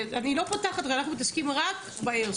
אני לא פותחת את זה, אנחנו מתעסקים רק באיירסופט.